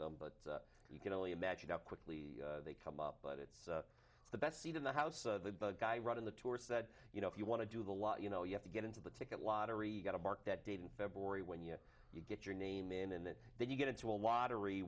them but you can only imagine how quickly they come up but it's the best seat in the house the guy running the tour said you know if you want to do the law you know you have to get into the ticket lottery you get a mark that date in february when you get your name in and then you get into a lottery